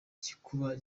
gikuba